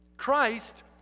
Christ